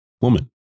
woman